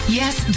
yes